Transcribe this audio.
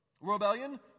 Rebellion